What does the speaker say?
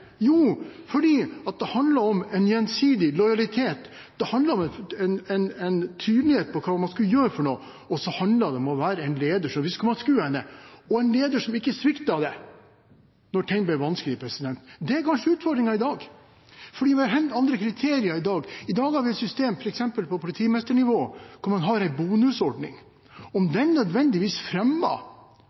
Jo, fordi det handlet om en gjensidig lojalitet, det handlet om en tydelighet på hva man skulle gjøre, og så handlet det om å være en leder som var livsanskuende og en leder som ikke sviktet deg når ting ble vanskelige. Det er kanskje utfordringen i dag, fordi vi har helt andre kriterier. I dag har vi et system f.eks. på politimesternivå med en bonusordning. Om det nødvendigvis